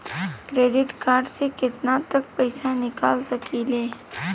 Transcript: Credit card से केतना तक पइसा निकाल सकिले?